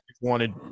Wanted